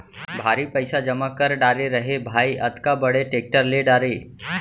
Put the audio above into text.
भारी पइसा जमा कर डारे रहें भाई, अतका बड़े टेक्टर ले डारे